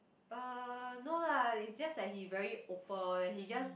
uh no lah it's just that he very open and he just